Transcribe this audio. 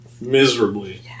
Miserably